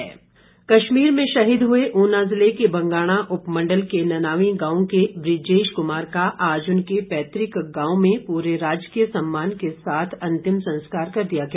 शहीद कश्मीर में शहीद हुए ऊना ज़िले के बंगाणा उपमंडल के ननावीं गांव के ब्रजेश क्मार का आज उनके पैतुक गांव में पूरे राजकीय सम्मान के साथ अंतिम संस्कार कर दिया गया